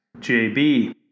JB